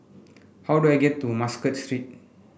how do I get to Muscat Street